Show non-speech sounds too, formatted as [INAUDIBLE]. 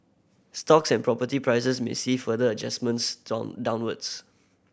stocks and property prices may see further adjustments [UNINTELLIGIBLE] downwards